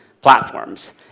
platforms